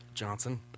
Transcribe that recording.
Johnson